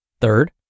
Third